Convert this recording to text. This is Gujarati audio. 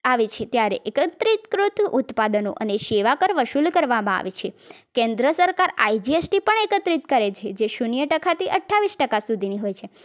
આવે છે ત્યારે એકત્રિતકૃત ઉત્પાદનો અને સેવા કર વસુલ કરવામાં આવે છે કેન્દ્ર સરકાર આઈ જી એસ ટી પણ એકત્રિત કરે છે જે શૂન્ય ટકાથી અઠ્ઠાવીસ ટકા સુધીની હોય છે